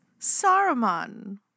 Saruman